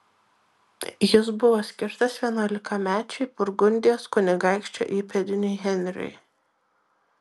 jis buvo skirtas vienuolikamečiui burgundijos kunigaikščio įpėdiniui henriui